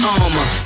armor